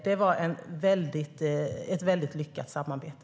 Det var ett väldigt lyckat samarbete.